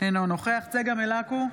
אינו נוכח צגה מלקו,